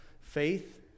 faith